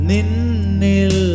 Ninil